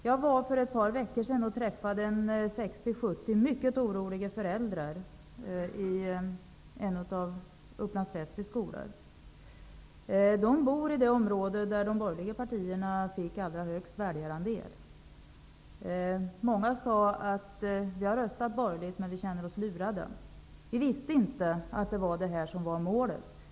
Jag var för ett par veckor sedan och träffade 60 -- 70 mycket oroliga föräldrar i en av Upplands Väsbys skolor. De bor i det område där de borgerliga partierna fick allra högst väljarandel. Många sade: Vi har röstat borgerligt, men vi känner oss lurade. Vi visste inte att det var det här som var målet.